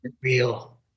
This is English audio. Real